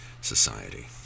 society